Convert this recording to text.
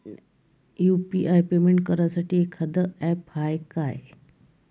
UPI payment करासाठी एखांद app हाय का?